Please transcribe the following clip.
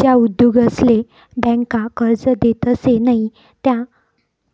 ज्या उद्योगसले ब्यांका कर्जे देतसे नयी त्या